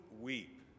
weep